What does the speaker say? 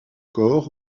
corps